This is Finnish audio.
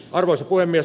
arvoisa puhemies